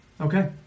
Okay